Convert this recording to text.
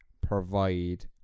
provide